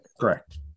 Correct